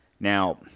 Now